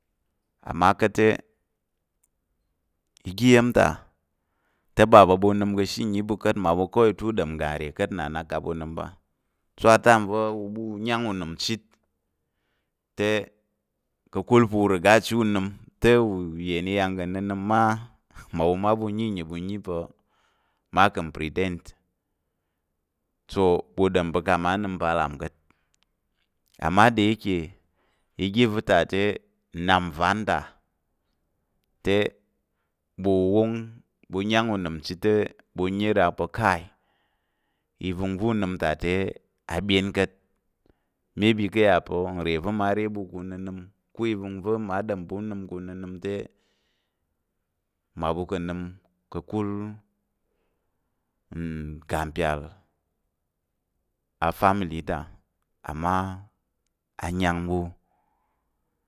Amma ka̱t te oga iya̱m ta te ba pa̱ ɓu nəm ka̱ ashe nyi ɓu ka̱t, mmaɓu kawai te u ɗom ngga nre ka̱t nna ak kang ɓu nəm so a time va̱ u ɓa u yang unəm chit, ka̱kul pa̱ u rega chit u nəm te uyen i yà ka̱ nənəm ma, mmaɓu ma ɓu nyi nyi ɓu nyi pa̱ mma ka̱ pretend so ɓu ɗom pa̱ kang mma nəm pa lap ka̱t. Amma de ike iga iva̱ ta te, nnap nvan ta te ɓu wong ɓu yang unəm chit te, ɓu yi rak pa̱ kayi i vəngva̱ u nəm ta te a byen ka̱t maybe ka̱ yà pa̱ nre mma re ɓu ku unənəm ko ivəngva̱ mma ɗom pa̱ ka̱ u nəm kang nənəm te, mmaɓu ka̱ nəm ka̱kul ngga mpyal afamily amma ayang ɓu